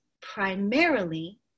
primarily